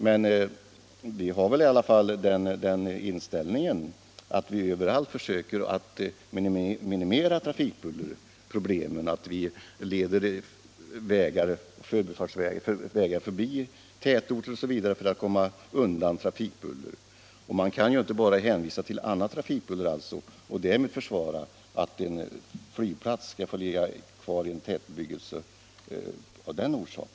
Men vi försöker ju överallt minimera trafikbuller; vi leder vägar förbi tätorter osv. för att undvika bullerstörningar. Man kan inte genom att hänvisa till annat trafikbuller försvara att en flygplats får ligga kvar inom tätbebyggelsen.